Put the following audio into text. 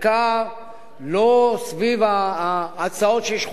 חוקה לא סביב ההצעות שיש,